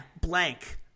blank